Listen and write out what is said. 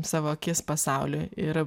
savo akis pasauliui ir